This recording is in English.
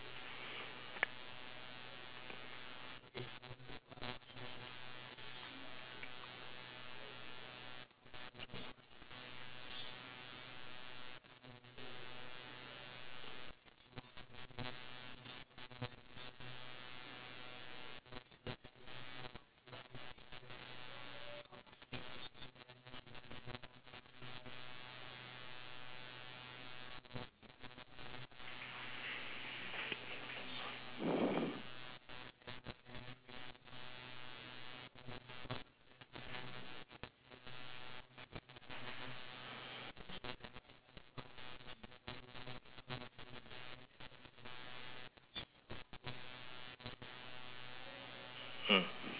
mm